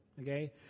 Okay